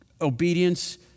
obedience